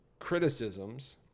criticisms